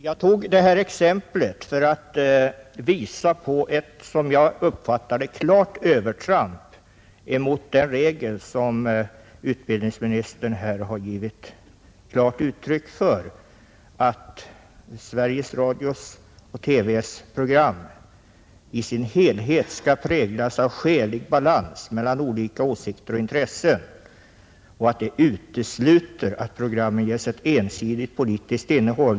Jag tog detta exempel för att visa på ett, som jag uppfattar det, klart övertramp mot den regel som utbildningsministern här har givit entydigt uttryck för, nämligen att Sveriges Radios och TV:s program i sin helhet skall präglas av skälig balans mellan olika åsikter och intressen och att detta utesluter att programmen ges ett ensidigt politiskt innehåll.